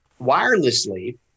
wirelessly